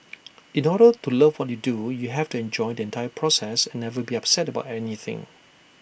in order to love what you do you have to enjoy the entire process and never be upset about anything